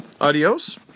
Adios